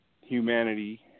humanity